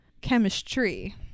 chemistry